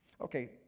Okay